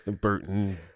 Burton